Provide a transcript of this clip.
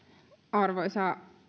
arvoisa